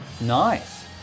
Nice